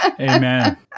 Amen